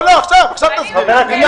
עכשיו תסבירי.